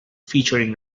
featuring